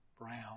brown